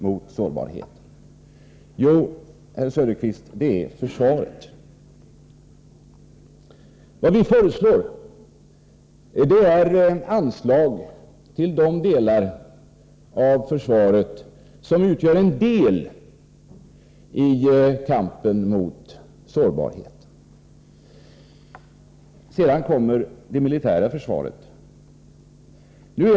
Jo, herr Söderqvist: Svaret är försvaret. Vad vi föreslår är anslag till de delar av försvaret som utgör ett led i kampen mot sårbarheten. Sedan kommer betänkandet om det militära försvaret.